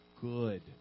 good